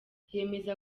yemeza